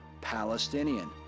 Palestinian